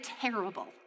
terrible